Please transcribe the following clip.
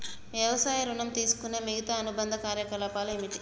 వ్యవసాయ ఋణం తీసుకునే మిగితా అనుబంధ కార్యకలాపాలు ఏమిటి?